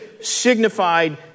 signified